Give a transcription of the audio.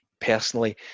personally